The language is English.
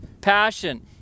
passion